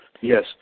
yes